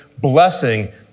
blessing